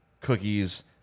cookies